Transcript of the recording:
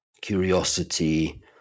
curiosity